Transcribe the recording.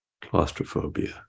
claustrophobia